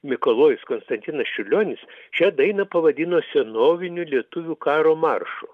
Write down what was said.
mikalojus konstantinas čiurlionis šią dainą pavadino senoviniu lietuvių karo maršu